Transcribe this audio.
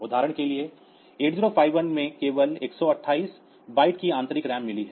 उदाहरण के लिए 8051 में इसे केवल 128 बाइट की आंतरिक रैम मिली है